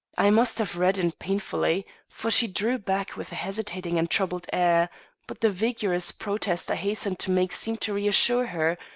i must have reddened painfully, for she drew back with a hesitating and troubled air but the vigorous protest i hastened to make seemed to reassure her,